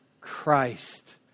Christ